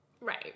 Right